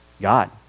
God